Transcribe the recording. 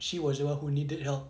she was the one who needed help